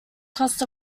cost